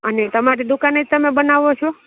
અને તમારી દુકાને જ તમે બનાવો છો